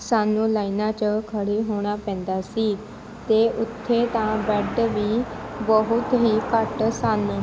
ਸਾਨੂੰ ਲਾਈਨਾਂ 'ਚ ਖੜ੍ਹੇ ਹੋਣਾ ਪੈਂਦਾ ਸੀ ਅਤੇ ਉੱਥੇ ਤਾਂ ਬੈੱਡ ਵੀ ਬਹੁਤ ਹੀ ਘੱਟ ਸਨ